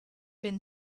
been